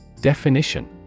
Definition